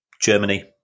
Germany